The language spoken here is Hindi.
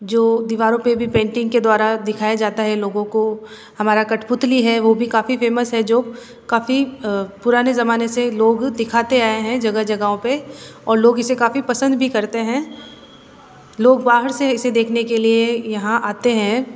जो दीवारों पे भी पेंटिंग के द्वारा दिखाया जाता है लोगों को हमारा कठपुतली है वो भी काफ़ी फेमस है जो काफ़ी पुराने जमाने से लोग दिखाते आये हैं जगह जगहों पे और लोग इसे काफ़ी पसंद भी करते हैं लोग बाहर से इसे देखने के लिए यहाँ आते हैं